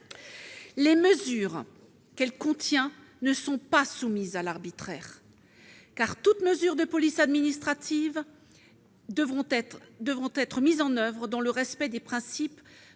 Les mesures qu'elle contient ne sont pas soumises à l'arbitraire. Comme toute mesure de police administrative, elles devront être mises en oeuvre dans le respect des principes